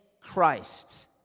Christ